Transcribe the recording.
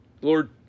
Lord